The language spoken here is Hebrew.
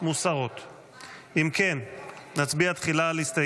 מיכל שיר